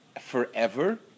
forever